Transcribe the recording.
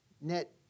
net